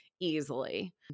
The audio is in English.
Easily